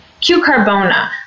Q-Carbona